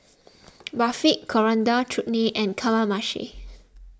Barfi Coriander Chutney and Kamameshi